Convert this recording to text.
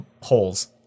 holes